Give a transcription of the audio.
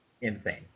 insane